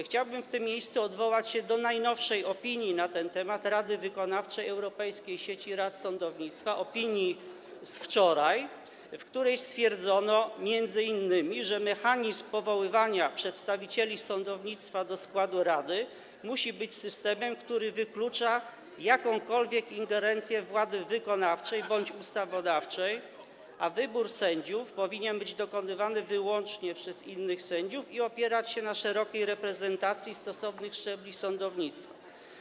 Chciałbym w tym miejscu odwołać się do najnowszej opinii na ten temat Rady Wykonawczej Europejskiej Sieci Rad Sądownictwa, opinii z wczoraj, w której stwierdzono m.in., że: mechanizm powoływania przedstawicieli sądownictwa do składu rady musi być systemem, który wyklucza jakąkolwiek ingerencję władzy wykonawczej bądź ustawodawczej, a wybór sędziów powinien być dokonywany wyłącznie przez innych sędziów i opierać się na szerokiej reprezentacji stosownych szczebli sądownictwa.